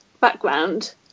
background